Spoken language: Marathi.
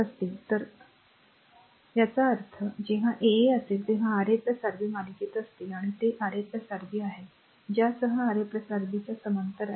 असतील तर फक्त ते स्वच्छ करा याचा अर्थ r जेव्हा a a असेल तेव्हा Ra आणि Rb मालिकेत असतील आणि ते Ra Rb आहे ज्यासह Ra Rb च्या समांतर आहे